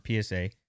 PSA